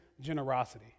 generosity